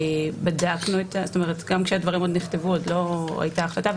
גם כשהדברים נכתבו עוד לא היתה החלטה,